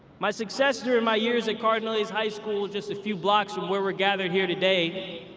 my success during my years at cardinal hayes high school just a few blocks from where we're gathered here today